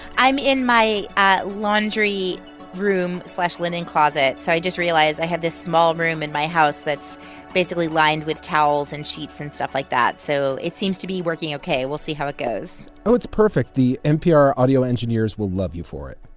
i'm in my ah laundry room linen closet. so i just realized i have this small room in my house that's basically lined with towels and sheets and stuff like that. so it seems to be working ok. we'll see how it goes oh, it's perfect. the npr audio engineers will love you for it